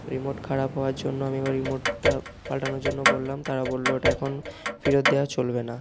remote খারাপ হওয়ার জন্য আমি আবার রিমোটটা পাল্টানোর জন্য বললাম তারা বলল ওটা এখন ফেরত দেওয়া চলবে না